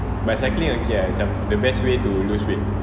but cycling okay lah macam the best way to lose weight